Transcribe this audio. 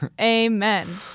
Amen